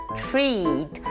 treat